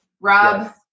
rob